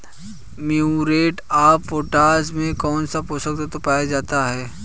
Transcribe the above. Muriate of potash में कौन सा पोषक तत्व पाया जाता है?